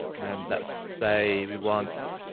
then let's say we want.